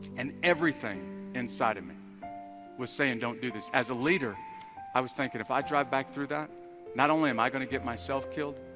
and everything inside of me was saying don't do this as a leader i was thinking if i drive back through that not only am i gonna get myself killed?